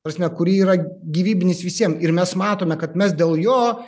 prasme kuri yra gyvybinis visiem ir mes matome kad mes dėl jo